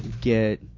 get –